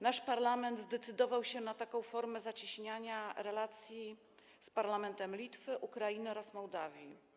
nasz parlament zdecydował się na taką formę zacieśniania relacji z parlamentami Litwy, Ukrainy oraz Mołdawii.